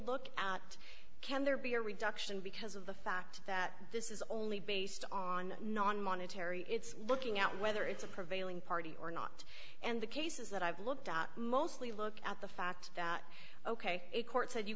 look at can there be a reduction because of the fact that this is only based on nonmonetary it's looking at whether it's a prevailing party or not and the cases that i've looked at mostly look at the fact that ok a court said you